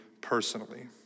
personally